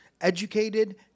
educated